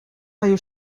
raio